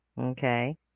Okay